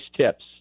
tips